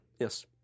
yes